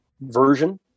version